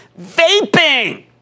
vaping